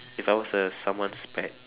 if I was a someone's pet